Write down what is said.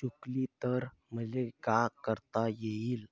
चुकली तर मले का करता येईन?